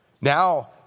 Now